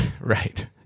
Right